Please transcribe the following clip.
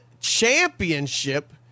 championship